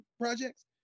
projects